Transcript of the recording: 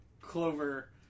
clover